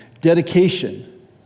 dedication